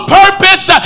purpose